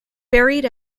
buried